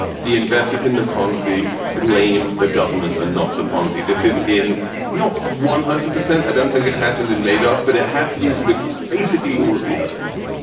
the investors investors in the ponzi blame the government and not the ponzi. this is in not one hundred percent. i don't think it happened in madoff, but it happens with basically all of the others.